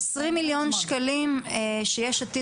20 מיליון שקלים שיש עתיד,